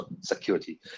Security